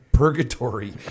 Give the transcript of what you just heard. purgatory